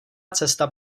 cesta